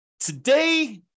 Today